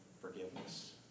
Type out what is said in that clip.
forgiveness